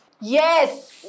Yes